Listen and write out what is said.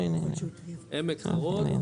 עמק חרוד,